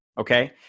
okay